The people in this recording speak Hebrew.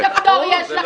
--- בלחיצת כפתור יש לכם.